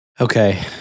Okay